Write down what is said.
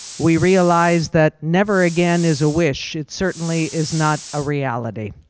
we realize that never again is a wish. it certainly is not a reality.